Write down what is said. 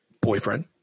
Boyfriend